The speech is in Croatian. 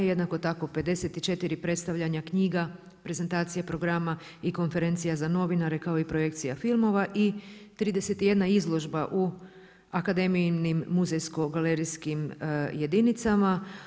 Jednako tako 54 predstavljanja knjiga, prezentacija, programa i konferencija za novinare kao i projekcija filmova i 31 izložba u akademijinim muzejsko-galerijskim jedinicama.